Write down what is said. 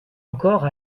encore